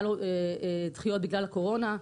היו לו דחיות בגלל הקורונה,